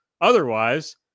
otherwise